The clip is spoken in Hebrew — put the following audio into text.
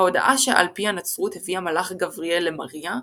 ההודעה שעל פי הנצרות הביא המלאך גבריאל למריה,